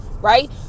right